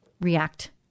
react